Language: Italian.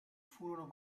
furono